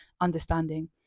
understanding